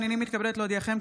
הינני מתכבדת להודיעכם,